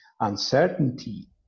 uncertainty